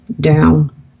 down